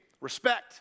Respect